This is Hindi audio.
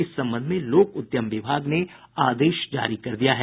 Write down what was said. इस संबंध में लोक उद्यम विभाग ने आदेश जारी कर दिया है